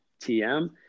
TM